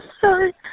sorry